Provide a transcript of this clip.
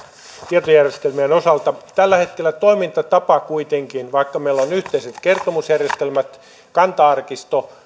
tietojärjestelmien osalta tällä hetkellä toimintatapa on kuitenkin niin että vaikka meillä on yhteiset kertomusjärjestelmät kanta arkisto